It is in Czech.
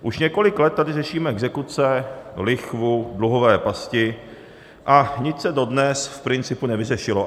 Už několik let tady řešíme exekuce, lichvu, dluhové pasti, a nic se dodnes v principu nevyřešilo.